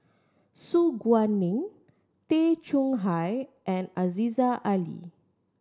Su Guaning Tay Chong Hai and Aziza Ali